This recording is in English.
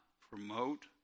promote